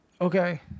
Okay